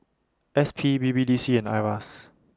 S P B B D C and IRAS